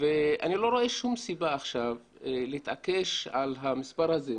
ואני לא רואה שום סיבה עכשיו להתעקש על המספר הזה,